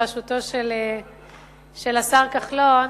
בראשותו של השר כחלון,